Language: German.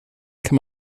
kann